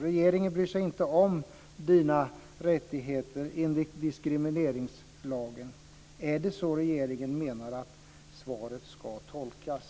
Regeringen bryr sig inte om dina rättigheter enligt diskrimineringslagen. Är det så svaret ska tolkas?